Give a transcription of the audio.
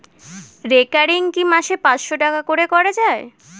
Recurring কি মাসে পাঁচশ টাকা করে করা যায়?